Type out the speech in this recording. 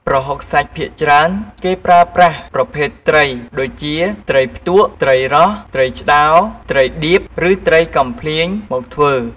ប្រហុកសាច់ភាគច្រើនគេប្រើប្រាស់ប្រភេទត្រីដូចជាត្រីផ្ទក់ ត្រីរ៉ស់ ត្រីឆ្តោ ត្រីឌៀប ឬត្រីកំភ្លាញ មកធ្វើ។